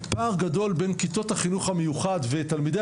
פער גדול בין כיתות החינוך המיוחד ותלמידי